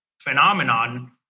phenomenon